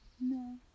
No